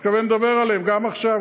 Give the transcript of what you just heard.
אני מתכוון לדבר עליהן גם עכשיו,